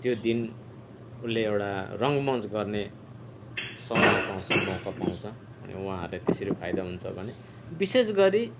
त्यो दिन उसले एउटा रङ्गमञ्च गर्ने समय पाउँछ मौका पाउँछ अनि उहाँहरूले त्यसरी फाइदा हुन्छ भने विशेष गरी